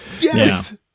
Yes